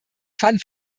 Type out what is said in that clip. van